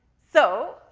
so,